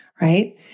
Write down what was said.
right